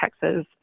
Texas